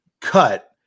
cut